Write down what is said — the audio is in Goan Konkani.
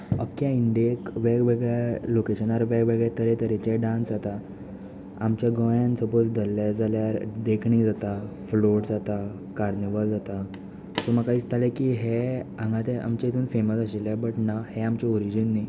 आख्खे इंडियेक वेग वेगळ्या लॉकेशनार तरे तरेचे डान्स जातात आमच्या गोंयांत सपोझ धरलें जाल्यार देखणी जाता फ्लोट जाता कार्निवाल जाता म्हाका दिसतालें हे आमचे हितूंत फॅमस आशिल्ले बट ना हे आमचे ऑरिजीनल न्हय